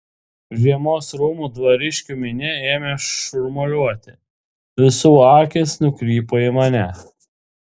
žiemos rūmų dvariškių minia ėmė šurmuliuoti visų akys nukrypo į mane